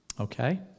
okay